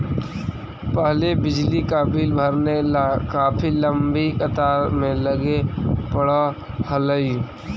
पहले बिजली का बिल भरने ला काफी लंबी कतार में लगे पड़अ हलई